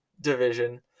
division